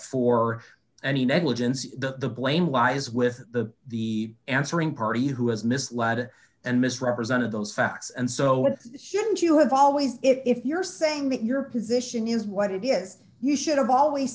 for any negligence the blame lies with the the answering party who has misled and misrepresented those facts and so it shouldn't you have always if you're saying that your position is what it is you should have always